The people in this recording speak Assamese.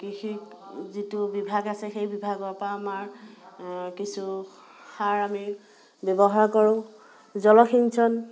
কৃষি যিটো বিভাগ আছে সেই বিভাগৰপৰা আমাৰ কিছু সাৰ আমি ব্যৱহাৰ কৰোঁ জলসিঞ্চন